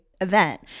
event